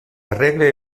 arregle